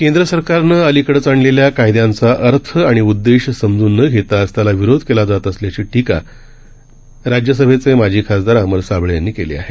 केंद्रसरकारनंअलिकडेचआणलेल्याकायद्यांचाअर्थआणिउददेशसमजूननघेताचत्यालाविरोधकेलाजातअस ल्याची टीकाराज्यसभेचे माजी खासदार अमरसाबळे यांनी केली आहे